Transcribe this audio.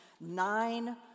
Nine